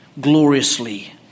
gloriously